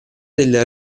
del